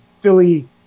Philly